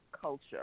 culture